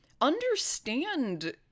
understand